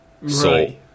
Right